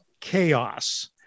chaos